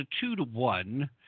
two-to-one